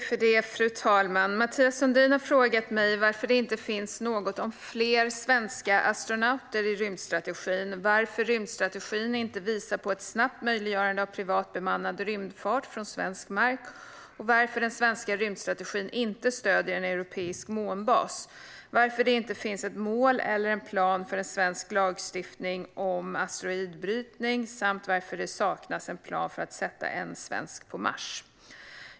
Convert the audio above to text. Fru talman! har frågat mig varför det inte finns något om fler svenska astronauter i rymdstrategin, varför rymdstrategin inte visar på ett snabbt möjliggörande av privat bemannad rymdfart från svensk mark, varför den svenska rymdstrategin inte stöder en europeisk månbas, varför det inte finns ett mål eller en plan för en svensk lagstiftning om asteroidbrytning samt varför det saknas en plan för att sätta en svensk på Mars.